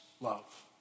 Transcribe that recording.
love